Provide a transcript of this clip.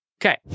Okay